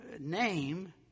name